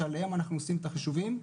שעליהם אנחנו עושים את החישובים.